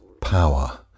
power